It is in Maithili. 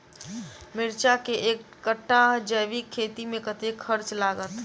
मिर्चा केँ एक कट्ठा जैविक खेती मे कतेक खर्च लागत?